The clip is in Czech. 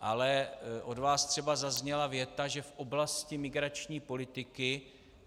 Ale od vás třeba zazněla věta, že v oblasti migrační politiky